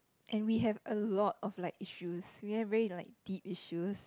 and we have a lot of like issues we have very like deep issues